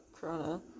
Corona